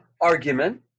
argument